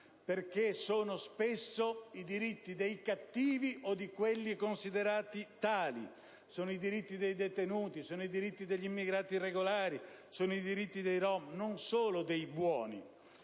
quanto sono spesso i diritti dei "cattivi", o di coloro che sono considerati tali: sono i diritti dei detenuti, sono i diritti degli immigrati irregolari, sono i diritti dei rom, non solo dei "buoni".